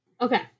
okay